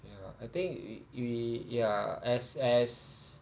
ya I think we we ya as as